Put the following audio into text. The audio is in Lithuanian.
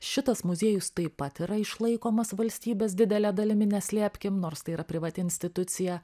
šitas muziejus taip pat yra išlaikomas valstybės didele dalimi neslėpkim nors tai yra privati institucija